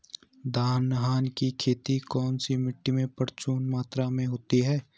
दलहन की खेती कौन सी मिट्टी में प्रचुर मात्रा में होती है?